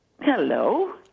Hello